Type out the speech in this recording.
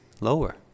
Lower